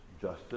justice